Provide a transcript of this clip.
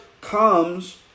comes